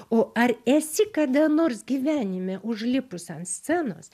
o ar esi kada nors gyvenime užlipus ant scenos